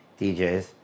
DJs